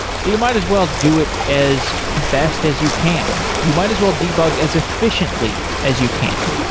so you might as well do it as best as you can. you might as well debug as efficiently as you can.